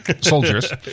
soldiers